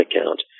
account